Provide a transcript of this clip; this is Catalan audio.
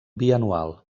bianual